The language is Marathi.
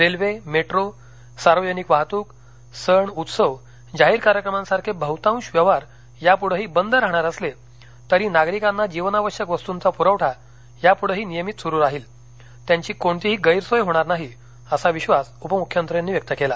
रेल्वे मेट्रो सार्वजनिक वाहतूक सण उत्सव जाहीर कार्यक्रमांसारखे बहृतांश व्यवहार यापुढेही बंद राहणार असले तरी नागरिकांना जीवनावश्यक वस्तूंचा पुरवठा यापुढेही नियमित सुरु राहील त्यांची कोणतीही गैरसोय होणार नाही असा विश्वास उपमुख्यमंत्र्यांनी व्यक्त केला